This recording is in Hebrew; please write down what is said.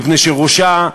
מפני שראשה,